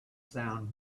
sound